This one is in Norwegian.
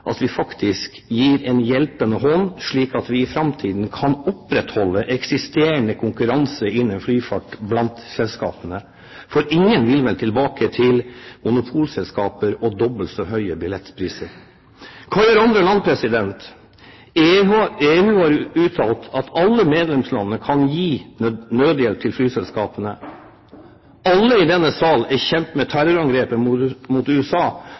at vi faktisk gir en hjelpende hånd, slik at vi i framtiden kan opprettholde eksisterende konkurranse innen flyfart blant selskapene. For ingen vil vel tilbake til monopolselskaper og dobbelt så høye billettpriser. Hva gjør andre land? EU har uttalt at alle medlemslandene kan gi nødhjelp til flyselskapene. Alle i denne sal er kjent med terrorangrepet mot USA